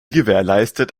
gewährleistet